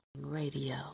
Radio